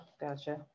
gotcha